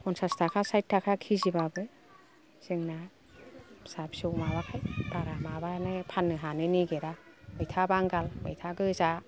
फनचास थाखा चाइद थाखा कि जि बाबो जोंना फिसा फिसौ माबाखाय बारा माबानो फाननो हानो नागिरा मैथा बांगाल मैथा गोजा